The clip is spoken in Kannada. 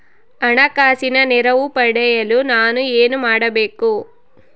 ಹಣಕಾಸಿನ ನೆರವು ಪಡೆಯಲು ನಾನು ಏನು ಮಾಡಬೇಕು?